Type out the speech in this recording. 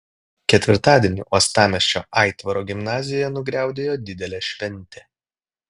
ketvirtadienį uostamiesčio aitvaro gimnazijoje nugriaudėjo didelė šventė